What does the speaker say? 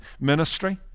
ministry